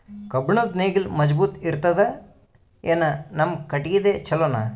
ಕಬ್ಬುಣದ್ ನೇಗಿಲ್ ಮಜಬೂತ ಇರತದಾ, ಏನ ನಮ್ಮ ಕಟಗಿದೇ ಚಲೋನಾ?